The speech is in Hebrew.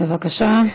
בבקשה,